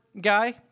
guy